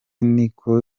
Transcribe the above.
niko